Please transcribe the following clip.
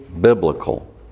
biblical